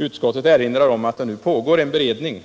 Utskottet erinrar om att det nu pågår en beredning